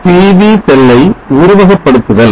PV செல்லை உருவகப்படுத்துதல்